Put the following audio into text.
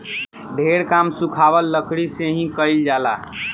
ढेर काम सुखावल लकड़ी से ही कईल जाला